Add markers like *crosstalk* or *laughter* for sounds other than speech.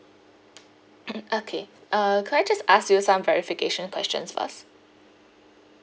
*noise* okay uh could I just ask you some verification questions first